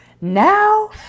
Now